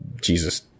jesus